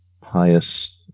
pious